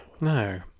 No